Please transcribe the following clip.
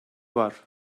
var